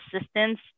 assistance